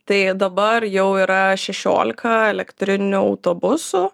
tai dabar jau yra šešiolika elektrinių autobusų